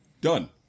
done